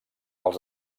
els